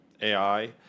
AI